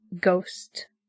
ghost